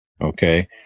Okay